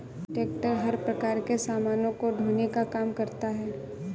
tractor हर प्रकार के सामानों को ढोने का काम करता है